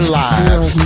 lives